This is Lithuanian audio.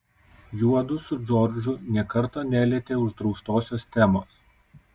juodu su džordžu nė karto nelietė uždraustosios temos